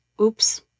Oops